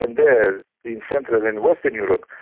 and there in central and and western europe,